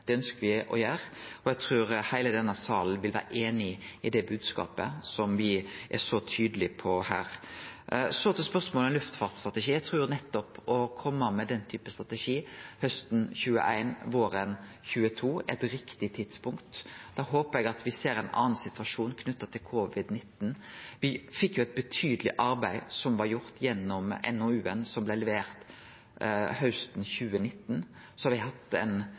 Det ønskjer me å gjere. Og eg trur heile denne salen vil vere einig i det bodskapet som me er så tydelege på her. Så til spørsmålet om luftfartsstrategi. Eg trur nettopp det å kome med den typen strategi hausten 2021/våren 2022 er eit riktig tidspunkt. Da håper eg at me ser ein annan situasjon knytt til covid-19. Det var levert eit betydeleg arbeid gjennom NOU-en som me fekk hausten 2019. Så har me hatt ein